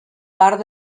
part